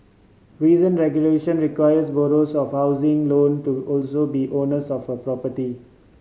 recent regulation requires borrowers of housing loan to also be owners of a property